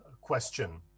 question